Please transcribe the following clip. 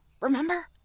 remember